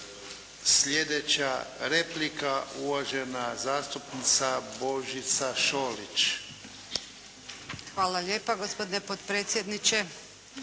Sljedeća replika uvažena zastupnica Božica Šolić. **Šolić, Božica (HDZ)** Hvala lijepa gospodine potpredsjedniče.